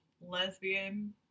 lesbian